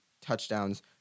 touchdowns